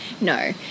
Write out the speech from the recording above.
No